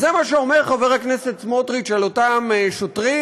אז זה מה שאומר חבר הכנסת סמוטריץ על אותם שוטרים